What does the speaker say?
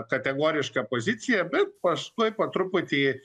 kategorišką poziciją bet paskui po truputį